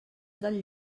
del